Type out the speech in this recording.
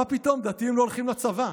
מה פתאום, דתיים לא הולכים לצבא.